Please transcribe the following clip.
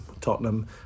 Tottenham